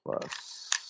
Plus